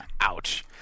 Ouch